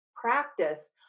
practice